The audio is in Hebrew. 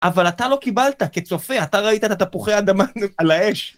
אבל אתה לא קיבלת, כצופה, אתה ראית את התפוחי אדמה על האש.